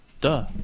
Duh